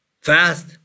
fast